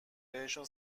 بهشون